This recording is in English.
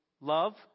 love